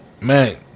man